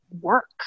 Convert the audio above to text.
work